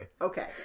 Okay